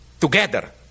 together